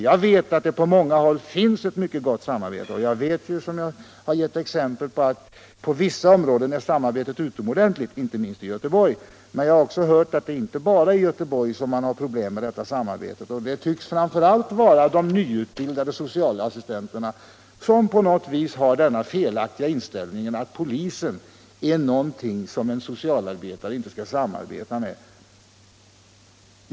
Jag vet att det på många håll finns ett mycket gott samarbete, och jag har gett exempel på att samarbetet på vissa områden är utomordentligt, inte minst i Göteborg. Men jag har också hört alt det inte är bara i Göteborg som man har problem med detta samarbete. Det tycks framför allt vara de nyutbildade socialassistenterna som har den felaktiga inställningen att en socialarbetare inte skall samarbeta med polisen.